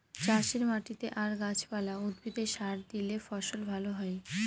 চাষের মাটিতে আর গাছ পালা, উদ্ভিদে সার দিলে ফসল ভালো হয়